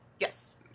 Yes